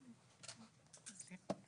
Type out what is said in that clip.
סליחה.